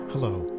Hello